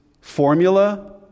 formula